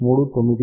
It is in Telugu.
395 నుండి 2